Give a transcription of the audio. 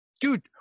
dude